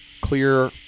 clear